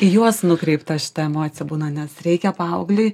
į juos nukreipta šita emocija būna nes reikia paaugliui